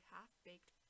Half-Baked